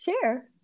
share